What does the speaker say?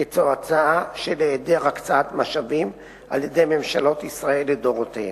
כתוצאה מהיעדר הקצאת משאבים על-ידי ממשלות ישראל לדורותיהן.